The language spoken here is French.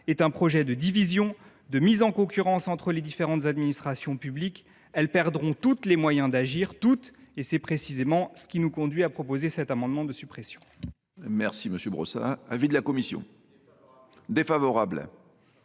est un projet de division et de mise en concurrence entre les différentes administrations publiques, qui perdront toutes leurs moyens d’agir. C’est précisément ce qui nous conduit à proposer cet amendement de suppression.